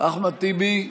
אחמד טיבי,